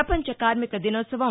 ప్రపంచ కార్మిక దినోత్సవం